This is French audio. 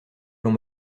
l’on